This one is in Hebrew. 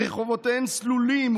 רחובותיהם סלולים,